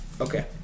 Okay